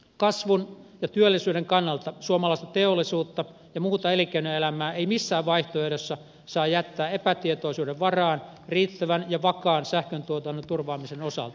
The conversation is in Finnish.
kasvun ja työllisyyden kannalta suomalaista teollisuutta ja muuta elinkeinoelämää ei missään vaihtoehdossa saa jättää epätietoisuuden varaan riittävän ja vakaan sähköntuotannon turvaamisen osalta